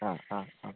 ആ ആ ആ